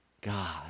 God